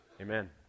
Amen